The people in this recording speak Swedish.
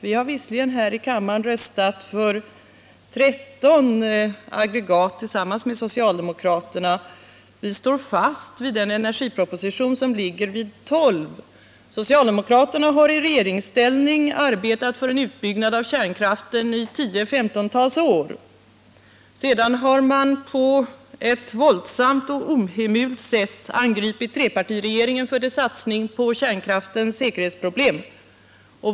Vi har visserligen här i riksdagen röstat för 13 aggregat tillsammans med socialdemokraterna. Vi står fast vid den energiproposition där antalet aggregat ligger vid 12. Socialdemokraterna har i regeringsställning arbetat för en utbyggnad av kärnkraften i tio femton år. Sedan har man på ett våldsamt och ohemult sätt angripit trepartiregeringen för dess satsning på kärnkraftens säkerhetsproblem.